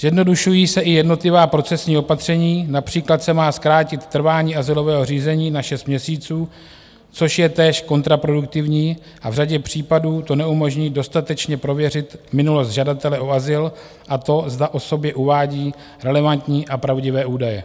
Zjednodušují se i jednotlivá procesní opatření, například se má zkrátit trvání azylového řízení na šest měsíců, což je též kontraproduktivní, a v řadě případů to neumožní dostatečně prověřit minulost žadatele o azyl a to, zda o sobě uvádí relevantní a pravdivé údaje.